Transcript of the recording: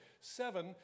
Seven